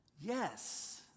Yes